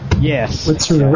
Yes